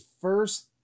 first